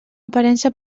aparença